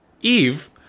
Eve